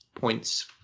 points